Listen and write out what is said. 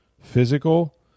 physical